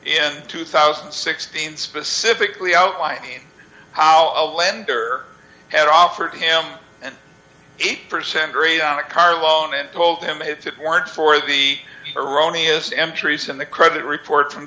in two thousand and sixteen specifically outlining how a lender had offered him an eight percent grade on a car bomb and told him if it weren't for the erroneous employees in the credit report from